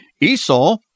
Esau